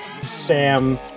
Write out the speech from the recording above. Sam